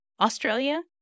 Australia